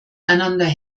einander